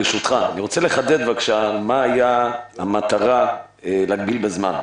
ברשותך אני רוצה לחדד מה הייתה המטרה של הגבלת הזמן.